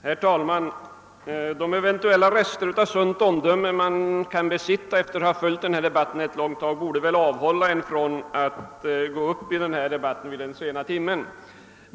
Herr talman! De eventuella rester av sunt omdöme som man kan besitta efter att ett långt tag ha följt denna debatt borde avhålla en från att gå upp i talarstolen vid denna sena timme.